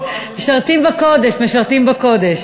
משרתים בקודש, משרתים בקודש.